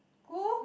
who